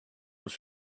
was